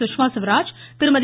Sushma Swaraj Thirumathi